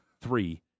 three